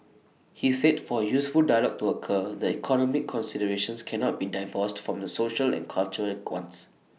he said for A useful dialogue to occur the economic considerations cannot be divorced from the social and cultural